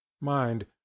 Mind